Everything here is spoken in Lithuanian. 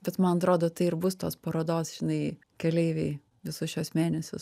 bet man atrodo tai ir bus tos parodos žinai keleiviai visus šiuos mėnesius